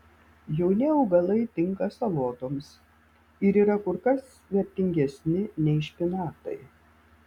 jauni augalai tinka salotoms ir yra kur kas vertingesni nei špinatai